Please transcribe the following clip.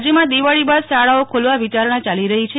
રાજયમાં દિવાળી બા દ શાળાઓ ખોલવા વિચારણા ચાલી રહી છે